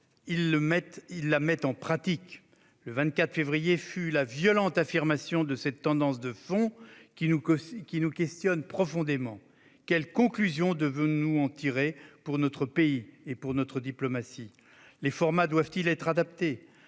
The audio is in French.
ils la mettent en pratique. Le 24 février fut la violente affirmation de cette tendance de fond, qui nous interroge profondément. Quelles conclusions devons-nous en tirer pour notre pays et pour notre diplomatie ? Les formats doivent-ils être adaptés ?